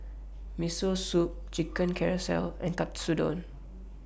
Miso Soup Chicken Casserole and Katsudon